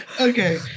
Okay